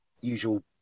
usual